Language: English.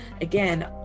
again